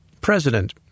President